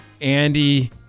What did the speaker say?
Andy